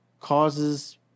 causes